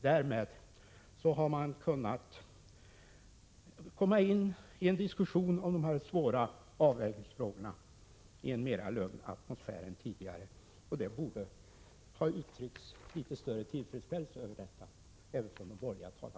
Därmed kan vi komma in i en diskussion av dessa svåra avvägningsfrågor i en lugnare atmosfär än tidigare. Det borde ha uttryckts större tillfredsställelse över detta även från de borgerliga talarna.